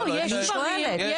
אני שואלת.